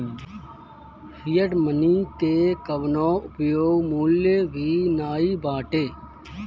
fiat money के कवनो उपयोग मूल्य भी नाइ बाटे